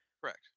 correct